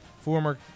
former